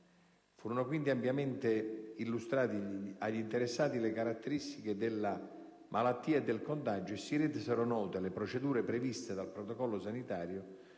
Furono quindi ampiamente illustrate agli interessati le caratteristiche della malattia e del contagio e si resero note le procedure previste dal protocollo sanitario,